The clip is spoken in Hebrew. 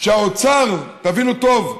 שהאוצר, תבינו טוב,